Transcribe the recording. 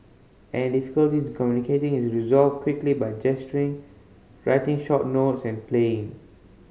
any difficulty in communicating is resolved quickly by gesturing writing short notes and playing